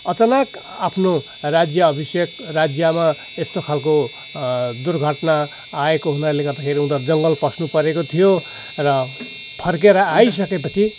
अचानाक आफ्नो राज्य अभिषेक राज्यमा यस्तो खालको दुर्घटना आएको हुनाले गर्दाखेरि उनरू जङ्गल पस्नु परेको थियो र फर्किएर आइसकेपछि